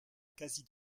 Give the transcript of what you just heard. quasi